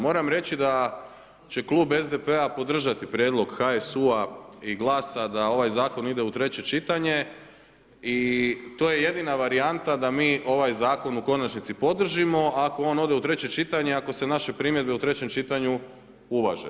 Moram reći da će Klub SDP-a podržati prijedlog HSU-a i Glasa da ovaj Zakon ide u treće čitanje i to je jedina varijanta da mi ovaj zakon u konačnici podržimo ako on ode u treće čitanje ako se naše primjedbe u trećem čitanju uvaže.